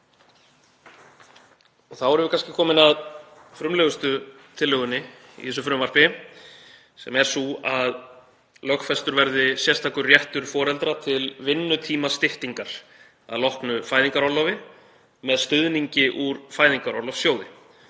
Þá erum við kannski komin að frumlegustu tillögunni í þessu frumvarpi sem er sú að lögfestur verði sérstakur réttur foreldra til vinnutímastyttingar að loknu fæðingarorlofi með stuðningi úr Fæðingarorlofssjóði.